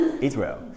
Israel